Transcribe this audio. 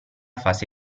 fase